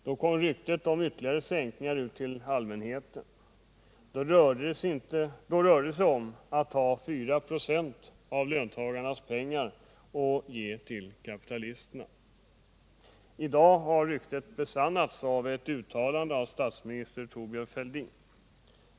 Då kom ryktet om ytterligare sänkningar ut till allmänheten. Det rörde sig om att ta 4 26 av löntagarnas pengar och ge till kapitalisterna. I dag har detta rykte besannats genom ett uttalande av statsminister Thorbjörn Fälldin.